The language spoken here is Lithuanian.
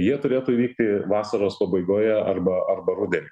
jie turėtų vykti vasaros pabaigoje arba arba rudenį